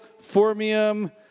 Formium